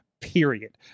period